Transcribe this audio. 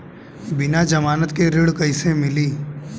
बिना जमानत के ऋण कैसे मिली?